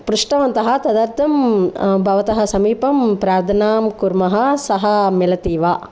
पृष्टवन्तः तदर्थं भवतः समीपं प्रार्थनां कुर्मः सः मिलति वा